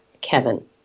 Kevin